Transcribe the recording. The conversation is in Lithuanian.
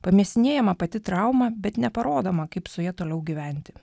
pamėsinėjama pati trauma bet neparodoma kaip su ja toliau gyventi